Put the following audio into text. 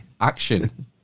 action